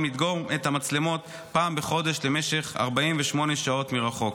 לדגום את המצלמות פעם בחודש למשך 48 שעות מרחוק.